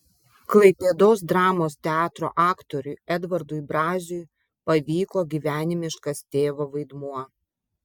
klaipėdos dramos teatro aktoriui edvardui braziui pavyko gyvenimiškas tėvo vaidmuo